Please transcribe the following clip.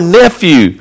nephew